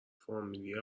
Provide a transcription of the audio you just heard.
فامیلی